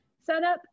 setup